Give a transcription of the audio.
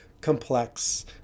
complex